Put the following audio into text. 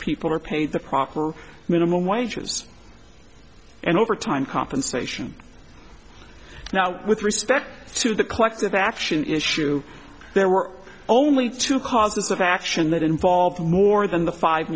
people are paid the proper minimum wages and over time compensation now with respect to the collective action issue there were only two causes of action that involved more than the five